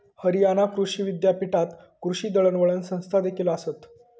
हरियाणा कृषी विद्यापीठात कृषी दळणवळण संस्थादेखील आसत